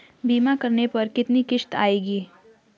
बीमा करने पर कितनी किश्त आएगी?